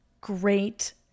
Great